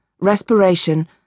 respiration